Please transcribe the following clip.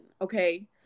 okay